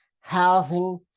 housing